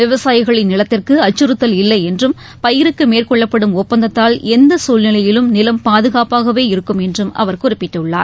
விவசாயிகளின் நிலத்திற்கு அச்சுறுத்தல் இல்லை என்றும் பயிருக்கு மேற்கொள்ளப்படும் ஒப்பந்தத்தால் எந்த சூழ்நிலையிலும் நிலம் பாதுகாப்பாகவே இருக்கும் என்றும் அவர் குறிப்பிட்டுள்ளார்